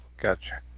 Gotcha